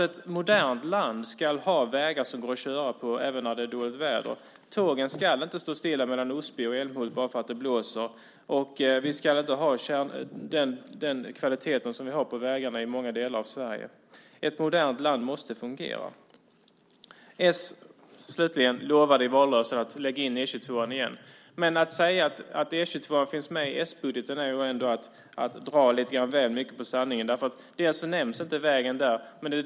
Ett modernt land ska ha vägar som går att köra på även när det är dåligt väder, tågen ska inte stå stilla mellan Osby och Älmhult bara för att det blåser, och vi ska inte ha den kvalitet som vi har på vägarna i många delar av Sverige. Ett modernt land måste fungera. Slutligen lovade Socialdemokraterna i valrörelsen att lägga in E 22 igen, men att säga att E 22 finns med i s-budgeten är ändå att dra väl mycket på sanningen. Vägen nämns inte där.